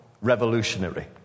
revolutionary